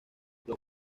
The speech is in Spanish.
los